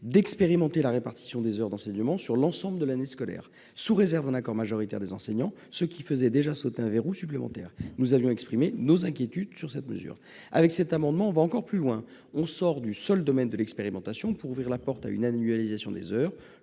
d'expérimenter la répartition des heures d'enseignement sur l'ensemble de l'année scolaire, sous réserve d'un accord majoritaire des enseignants, ce qui fait sauter un verrou supplémentaire. Nous avions exprimé nos inquiétudes quant à cette mesure. Cet amendement tend à aller encore plus loin en sortant du seul domaine de l'expérimentation pour ouvrir la porte à une annualisation des heures,